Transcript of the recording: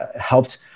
helped